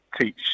teach